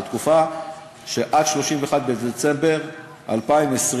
לתקופה של עד 31 בדצמבר 2020,